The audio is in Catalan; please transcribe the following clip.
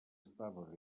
estava